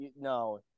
no